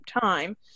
time